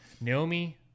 Naomi